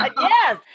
Yes